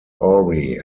awry